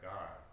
God